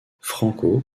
franco